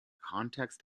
context